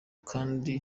kandi